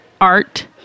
art